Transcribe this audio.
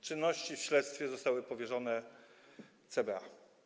Czynności w śledztwie zostały powierzone CBA.